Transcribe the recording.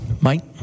Mike